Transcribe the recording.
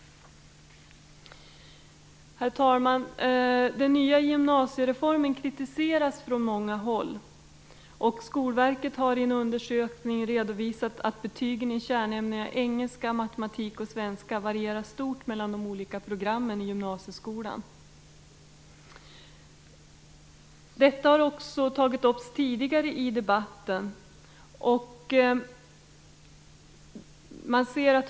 Den nya gymnasiereformen kritiseras från många håll, och Skolverket har i en undersökning redovisat att betygen i kärnämnena engelska, matematik och svenska varierar stort mellan de olika programmen i gymnasieskolan. Detta har också tagits upp tidigare i debatten.